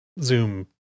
zoom